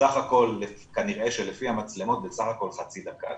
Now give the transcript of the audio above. בסך הכל, כנראה שלפי המצלמות בסך הכל חצי דקה.